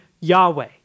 Yahweh